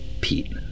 Pete